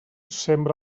sembra